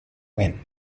win